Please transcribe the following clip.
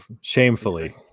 shamefully